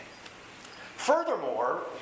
Furthermore